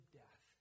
death